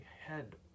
head